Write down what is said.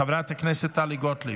חברת הכנסת טלי גוטליב,